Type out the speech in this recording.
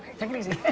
take it easy.